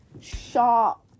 sharp